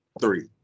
three